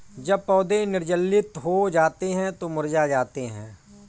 जब पौधे निर्जलित हो जाते हैं तो मुरझा जाते हैं